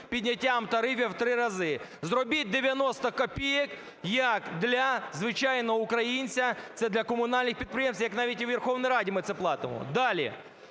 підняттям тарифів в три рази, зробіть 90 копійок як для звичайного українця, це для комунальних підприємств. Як, навіть, і в Верховній Раді ми це платимо. Далі.